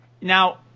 Now